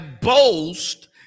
boast